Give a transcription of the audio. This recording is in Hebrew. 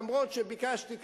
אף שביקשתי,